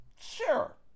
Sure